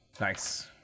Nice